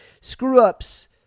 screw-ups